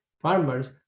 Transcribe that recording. farmers